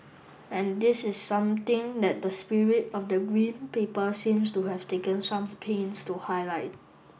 and this is something that the spirit of the Green Paper seems to have taken some pains to highlight